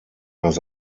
das